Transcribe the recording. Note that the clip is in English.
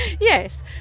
Yes